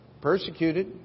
Persecuted